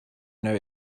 know